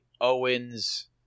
Owen's